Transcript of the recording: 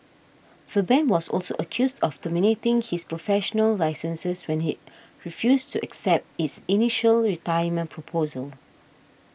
the bank was also accused of terminating his professional licenses when he refused to accept its initial retirement proposal